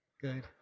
Good